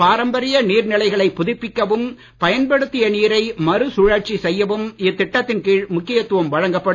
பாரம்பரிய நீர்நிலைகளை புதுப்பிக்கவும் பயன்படுத்திய நீரை மறு சுழற்சி செய்யவும் இத்திட்டத்தின் கீழ் முக்கியத்துவம் வழங்கப்படும்